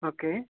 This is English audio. okay